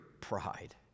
pride